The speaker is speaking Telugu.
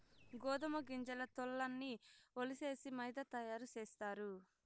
గోదుమ గింజల తోల్లన్నీ ఒలిసేసి మైదా తయారు సేస్తారు